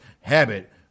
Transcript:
habit